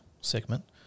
segment